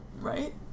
Right